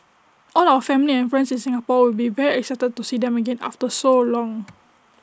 all our family and friends in Singapore will be very excited to see them again after so long